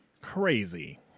Crazy